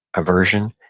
aversion,